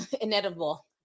inedible